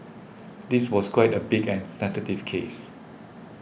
this was quite a big and sensitive case